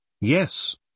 Yes